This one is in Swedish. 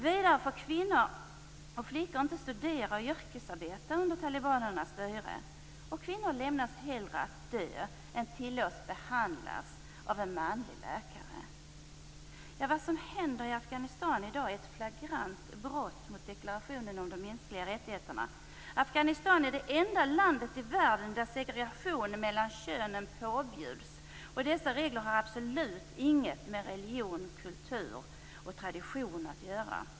Vidare får flickor och kvinnor inte studera eller yrkesarbeta under talibanernas styre. Kvinnor lämnas hellre att dö än tillåts att behandlas av en manlig läkare. Vad som händer i Afghanistan i dag är ett flagrant brott mot deklarationen om de mänskliga rättigheterna. Afghanistan är det enda landet i världen där segregation mellan könen påbjuds. Dessa regler har absolut inget med religion, tradition eller kultur att göra.